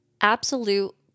absolute